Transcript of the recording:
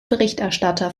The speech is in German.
berichterstatter